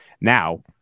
now